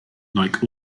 like